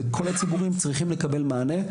וכל הציבורים צריכים לקבל מענה.